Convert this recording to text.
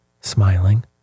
smiling